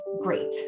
great